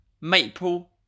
maple